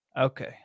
Okay